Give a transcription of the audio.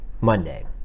Monday